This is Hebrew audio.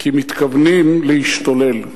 כי מתכוונים להשתולל.